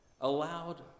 allowed